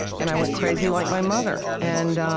and i went crazy, like my mother. and